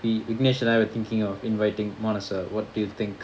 vignesh and I were thinking of inviting monisa what do you think